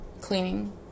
cleaning